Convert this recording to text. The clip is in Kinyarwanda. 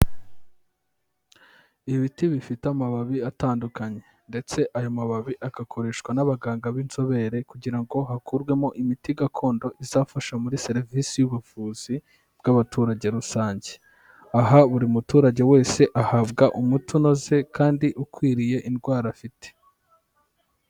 Ibiti bifite amababi atandukanye ndetse ayo mababi agakoreshwa n'abaganga b'inzobere kugira ngo hakurwemo imiti gakondo izafasha muri serivisi y'ubuvuzi bw'abaturage rusange, aha buri muturage wese ahabwa umuti unoze kandi ukwiriye indwara afite.